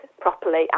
properly